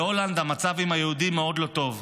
בהולנד המצב עם היהודים מאוד לא טוב.